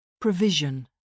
Provision